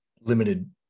limited